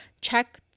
check